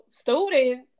Students